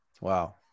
Wow